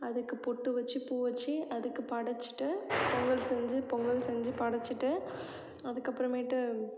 அதுக்கு பொட்டு வச்சு பூ வச்சு அதுக்கு படச்சுட்டு பொங்கல் செஞ்சு பொங்கல் செஞ்சு படச்சுட்டு அதுக்கப்புறமேட்டு